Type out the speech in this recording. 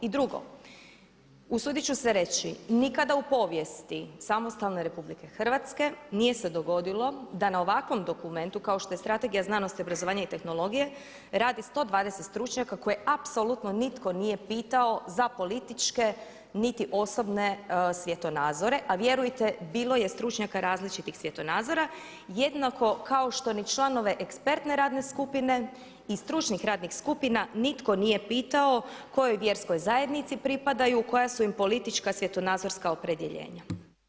I drugo, usudit ću se reći, nikada u povijesti samostalne Republike Hrvatske nije se dogodilo da na ovakvom dokumentu kao što je Strategija znanosti, obrazovanja i tehnologije radi 120 stručnjaka koje apsolutno nitko nije pitao za političke niti osobne svjetonazore, a vjerujte bilo je stručnjaka različitih svjetonazora jednako kao što ni članove ekspertne radne skupine i stručnih radnih skupina nitko nije pitao kojoj vjerskoj zajednici pripadaju, koja su im politička, svjetonazorska opredjeljenja.